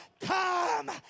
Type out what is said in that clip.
come